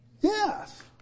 Yes